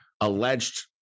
alleged